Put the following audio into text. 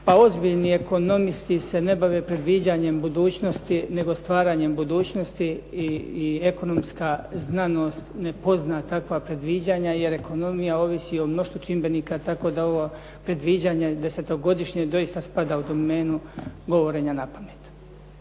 Pa ozbiljni ekonomisti se ne bave predviđanjem budućnosti, nego stvaranjem budućnosti. I ekonomska znanost ne pozna takva predviđanja, jer ekonomija ovisi o mnoštvu čimbenika. Tako da ova predviđana desetogodišnja doista spada u domenu govorenja napamet.